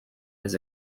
his